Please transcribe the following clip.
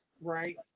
right